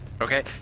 Okay